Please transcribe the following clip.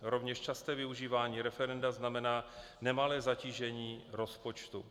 Rovněž časté využívání referenda znamená nemalé zatížení rozpočtu.